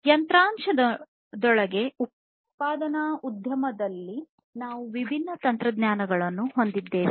hardware ದೊಳಗೆ ಉತ್ಪಾದನಾ ಉದ್ಯಮಗಳಲ್ಲಿ ನಾವು ವಿಭಿನ್ನ ತಂತ್ರಜ್ಞಾನಗಳನ್ನು ಹೊಂದಿದ್ದೇವೆ